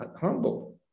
humble